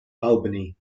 albany